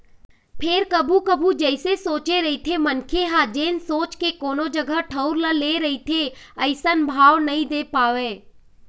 फेर कभू कभू जइसे सोचे रहिथे मनखे ह जेन सोच के कोनो जगा ठउर ल ले रहिथे अइसन भाव नइ दे पावय